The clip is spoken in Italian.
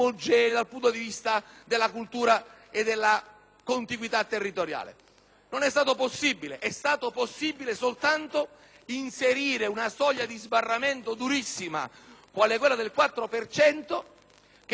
Non è stato possibile. È stato possibile soltanto inserire una soglia di sbarramento durissima, quale quella del 4 per cento, che ovviamente è costruita in modo tale da penalizzare le forze minori